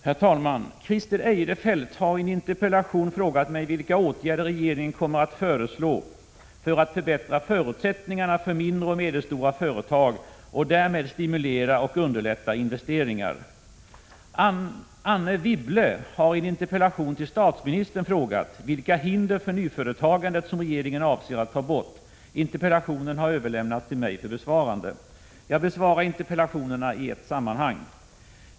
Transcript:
Herr talman! Christer Eirefelt har i en interpellation frågat mig vilka åtgärder regeringen kommer att föreslå för att förbättra förutsättningarna för mindre och medelstora företag och därmed stimulera och underlätta investeringar. Anne Wibble har i en interpellation till statsministern frågat vilka hinder för nyföretagandet som regeringen avser att ta bort. Interpellationen har överlämnats till mig för besvarande. Jag besvarar interpellationerna i ett sammanhang.